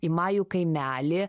į majų kaimely